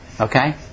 okay